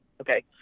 okay